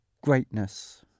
greatness